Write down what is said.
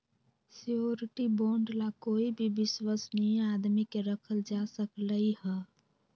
surety bond ला कोई भी विश्वस्नीय आदमी के रखल जा सकलई ह